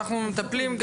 אנחנו מטפלים,